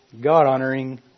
God-honoring